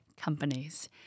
companies